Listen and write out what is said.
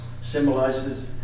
symbolizes